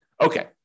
Okay